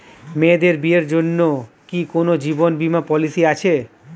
মেয়েদের বিয়ের জন্য কি কোন জীবন বিমা পলিছি আছে?